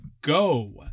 go